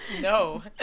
no